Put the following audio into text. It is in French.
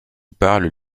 parlent